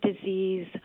disease